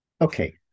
Okay